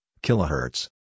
Kilohertz